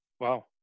Wow